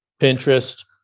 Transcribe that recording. Pinterest